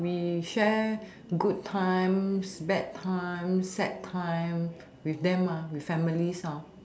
we share good times bad times sad times with them with families hor